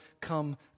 come